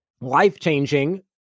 life-changing